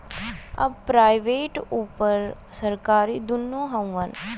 अब प्राइवेट अउर सरकारी दुन्नो हउवन